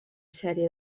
sèrie